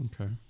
okay